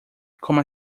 coma